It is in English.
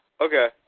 Okay